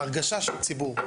הרגשה של ציבור,